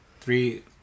three